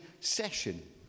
session